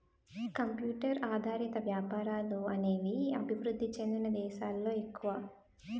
computer ఆధారిత వ్యాపారాలు అనేవి అభివృద్ధి చెందిన దేశాలలో ఎక్కువ